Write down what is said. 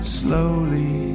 slowly